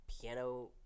Piano